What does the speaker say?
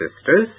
sisters